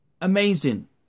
Amazing